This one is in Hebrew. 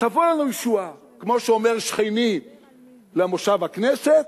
תבוא לנו ישועה, כמו שאומר שכני למושב בכנסת,